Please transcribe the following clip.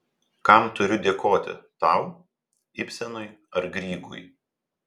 kam turiu dėkoti tau ibsenui ar grygui